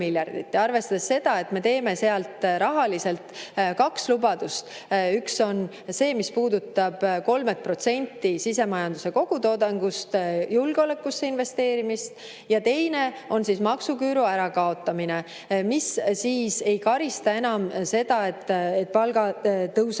arvestada seda, et me teeme sealt rahaliselt kaks lubadust: üks on see, mis puudutab 3% sisemajanduse kogutoodangust julgeolekusse investeerimist ja teine on maksuküüru ärakaotamine, mis siis ei karista enam seda, et palgad